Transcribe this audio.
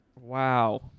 Wow